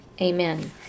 Amen